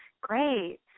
Great